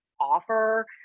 offer